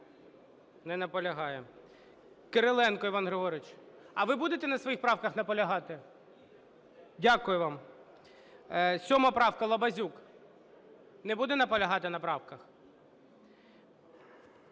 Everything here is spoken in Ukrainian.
Не наполягає. Кириленко Іван Григорович. А ви будете на своїх правках наполягати? Дякую вам. 7 правка, Лабазюк. Не буде наполягати на правках?